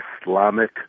Islamic